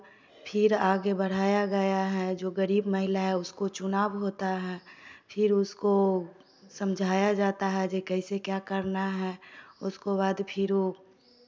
फिर आगे बढ़ाया गया है जो गरीब महिला है उसको चुनाव होता है फिर उसको समझाया जाता है कि कैसे क्या करना है उसको बाद फिर वह